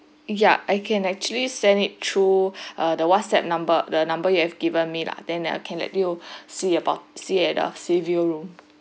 ya I can actually send it through uh the WhatsApp number the number you have given me lah then I can let you see about see at the sea view room